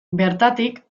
bertatik